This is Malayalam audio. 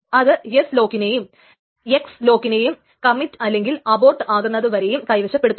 അത് എസ് ലോക്കിനേയും എക്സ് ലോക്കിനേയും കമ്മിറ്റ് അല്ലെങ്കിൽ അബോർട്ട് ആകുന്നതു വരെയും കൈവശപ്പെടുത്തുന്നു